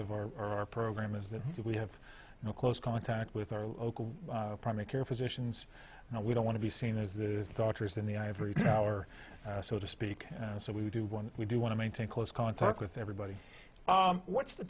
mainstays of our program is that we have no close contact with our local primary care physicians and we don't want to be seen as the doctors in the ivory tower so to speak and so we do what we do want to maintain close contact with everybody what's the